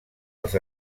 els